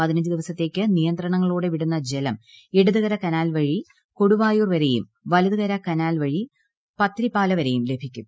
പതിനഞ്ച് ദിവസത്തേക്ക് നിയന്ത്രണങ്ങളോടെ വിടുന്ന ജലം ഇടതു കര കനാൽ വഴി കൊടുവായൂർ വരെയും വലതുകര കനാൽ വഴി പത്തിരിപ്പാലവരെയും ലഭിക്കും